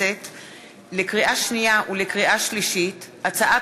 לקריאה שנייה ולקריאה שלישית: הצעת